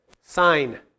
sign